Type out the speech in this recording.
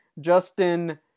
Justin